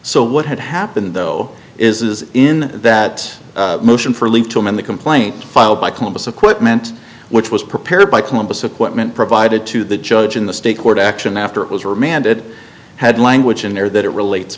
so what had happened though is is in that motion for leave to amend the complaint filed by columbus equipment which was prepared by columbus equipment provided to the judge in the state court action after it was remanded had language in there that it relates